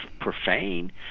profane